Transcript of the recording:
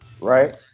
right